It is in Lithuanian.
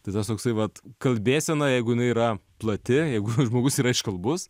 tai kas toksai vat kalbėsena jeigu jinai yra plati jeigu žmogus yra iškalbus